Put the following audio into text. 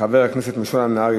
חבר הכנסת משולם נהרי,